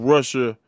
Russia